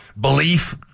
belief